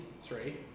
three